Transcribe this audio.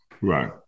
Right